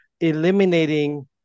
eliminating